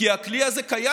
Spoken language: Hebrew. כי הכלי הזה קיים.